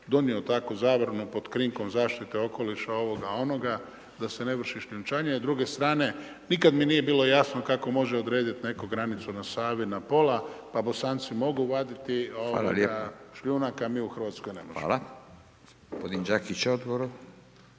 donio takvu zabranu, pod krinkom zaštite okoliša, onoga ovoga, da se ne vrši šljunčane a s druge strane, nikada mi nije bilo jasno, kako može odrediti netko granicu na Savi na pola, pa Bosanci mogu vaditi šljunak, a mi u Hrvatskoj ne možemo. **Radin, Furio